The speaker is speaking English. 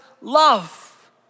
love